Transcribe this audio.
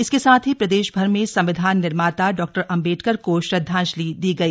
इसके साथ ही प्रदेशभर में संविधान निर्माता डॉ अंबेडकर को श्रद्वांजलि दी गई